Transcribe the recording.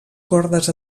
cordes